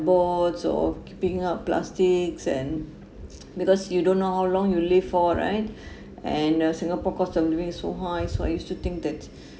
boards or keeping up plastics and because you don't know how long you live for right and uh singapore cost of living is so high so I used to think that